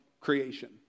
creation